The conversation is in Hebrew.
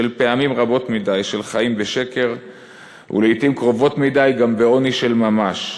של פעמים רבות מדי של חיים בשקר ולעתים קרובות מדי גם בעוני של ממש,